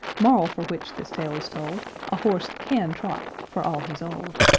moral for which this tale is told a horse can trot, for all he's old.